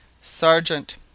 Sergeant